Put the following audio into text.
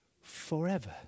forever